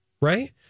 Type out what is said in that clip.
right